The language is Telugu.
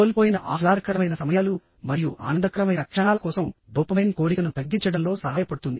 కోల్పోయిన ఆహ్లాదకరమైన సమయాలు మరియు ఆనందకరమైన క్షణాల కోసం డోపమైన్ కోరికను తగ్గించడంలో సహాయపడుతుంది